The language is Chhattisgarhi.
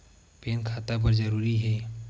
पैन खाता बर जरूरी हे?